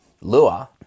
lure